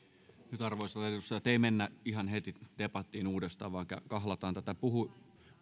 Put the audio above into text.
nyt arvoisat edustajat ei mennä ihan heti debattiin uudestaan vaan kahlataan tätä puhu